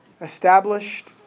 Established